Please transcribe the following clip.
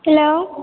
hello